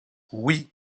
oui